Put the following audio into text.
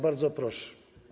Bardzo proszę.